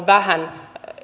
vähän